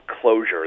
closure